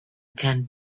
can’t